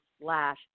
slash